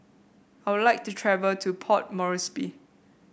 I would like to travel to Port Moresby